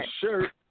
shirt